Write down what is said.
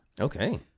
Okay